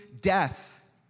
death